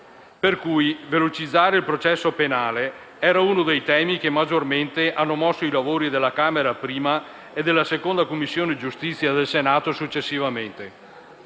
Per cui, velocizzare il processo penale era uno dei temi che maggiormente hanno mosso i lavori della Camera, prima, e della 2a Commissione del Senato, successivamente.